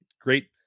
Great